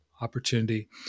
opportunity